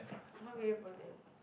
what whey protein